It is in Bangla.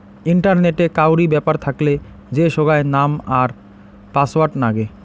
ইন্টারনেটে কাউরি ব্যাপার থাকলে যে সোগায় নাম আর পাসওয়ার্ড নাগে